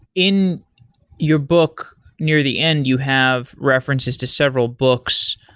in your book, near the end you have references to several books,